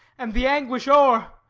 and the anguish o'er!